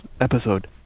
episode